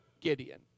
Gideon